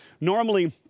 normally